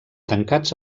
tancats